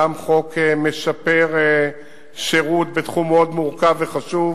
גם חוק משפר שירות בתחום מאוד מורכב וחשוב,